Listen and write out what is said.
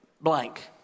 blank